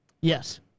Yes